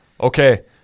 Okay